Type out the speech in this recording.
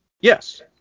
Yes